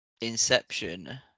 Inception